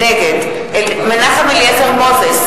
נגד מנחם אליעזר מוזס,